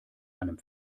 einem